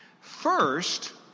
First